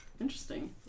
Interesting